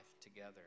together